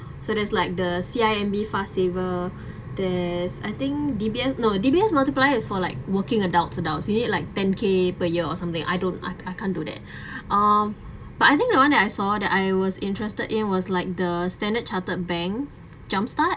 so there's like the C_I_M_B fast saver there's I think D_B_S no D_B_S multiplier is for like working adults adults you need like ten-K per year or something I don't I I can't do that um but I think the one that I saw that I was interested in was like the standard chartered bank jumpstart